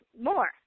more